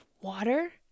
water